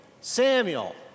Samuel